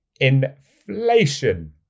inflation